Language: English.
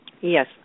Yes